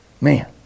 Man